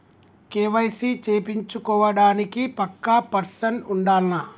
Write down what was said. KYC చేపిచ్చుకోవడానికి పక్కా person ఉండాల్నా?